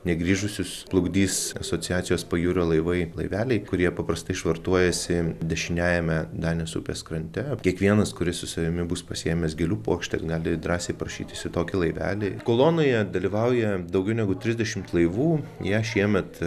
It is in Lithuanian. negrįžusius plukdys asociacijos pajūrio laivai laiveliai kurie paprastai švartuojasi dešiniajame danės upės krante kiekvienas kuris su savimi bus pasiėmęs gėlių puokštę gali drąsiai prašytis į tokį laivelį kolonoje dalyvauja daugiau negu trisdešimt laivų ją šiemet